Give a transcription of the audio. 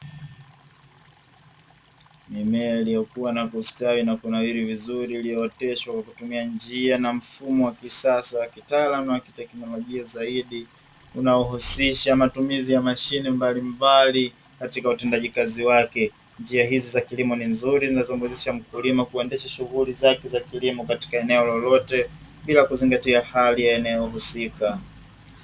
Mimea iliyokua na kustawi na kunawiri, vizuri iliiooteshwa kwa kutumia njia na mfumo wa kisasa, wa kitaalamu, na kiteknolojia zaidi, unaohusisha matumizi ya mashine mbalimbali katika utendaji kazi wake. Njia hizi za kilimo ni nzuri na zinazomuwezesha mkulima kuendesha shughuli zake za kilimo katika eneo lolote bila kuzingatia hali ya eneo hilo.